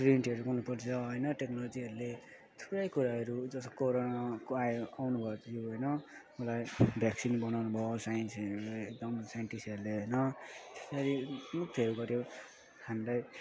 प्रिन्टहरू मनपर्छ होइन टेक्नेलोजीहरूले थुप्रै कुराहरू जस्तो कोरोनाको आयो आउनुभएको थियो होइन र भ्याक्सिन बनाउनुभयो साइन्सहरूले एकदम साइन्टिस्टहरूले होइन यसरी बहुत हेल्प गर्यो हामीलाई